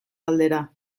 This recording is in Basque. galdera